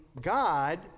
God